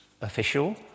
official